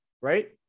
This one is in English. right